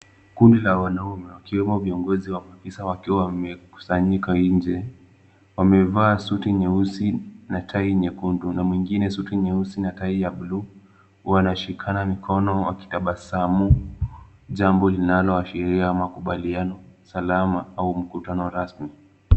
Kundi la wanaume wakiwemo viongozi au maafisa wakiwa wamekusanyika nje wamevaa suti nyeusi na tai nyekundu na mwingine suti nyeusi na tai ya blue wanashikana mikono wakitabasamu jambo linaloashiria makubaliano, usalama au mkutano rasmi.